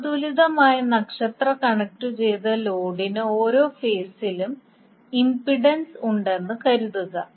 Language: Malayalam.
സമതുലിതമായ നക്ഷത്ര കണക്റ്റുചെയ്ത ലോഡിന് ഓരോ ഫേസിലും 40 j25 ഇംപിഡൻസ് ഉണ്ടെന്ന് കരുതുക